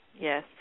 yes